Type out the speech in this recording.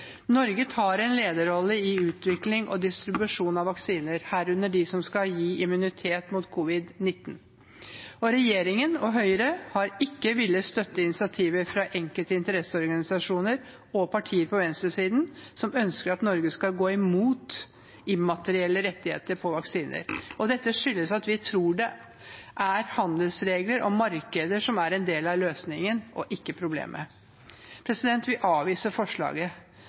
Norge tar en lederrolle i utvikling og distribusjon av vaksiner, herunder de som skal gi immunitet mot covid-19. Regjeringen og Høyre har ikke villet støtte initiativer fra enkelte interesseorganisasjoner og partier på venstresiden som ønsker at Norge skal gå imot immaterielle rettigheter på vaksiner. Dette skyldes at vi tror det er handelsregler og markeder som er en del av løsningen, ikke problemet. Vi avviser forslaget